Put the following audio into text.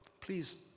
please